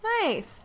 Nice